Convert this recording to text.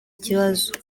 kibazo